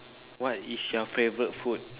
what is your favorite food